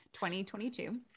2022